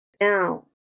now